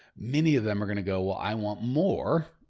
many of them are gonna go. i want more.